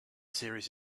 series